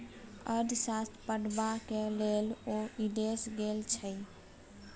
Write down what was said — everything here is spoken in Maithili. अर्थशास्त्र पढ़बाक लेल ओ विदेश गेल छथि